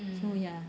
so ya